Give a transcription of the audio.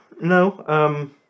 No